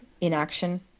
inaction